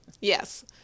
Yes